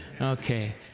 Okay